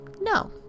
No